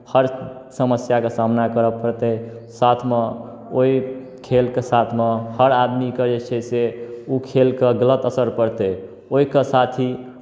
हर समस्याके सामना करय पड़तै साथमे ओहि खेलके साथमे हर आदमीके जे छै से ओ खेलक गलत असर पड़तै ओहिके साथ ही